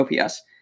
ops